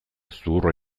zuhurra